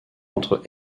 entre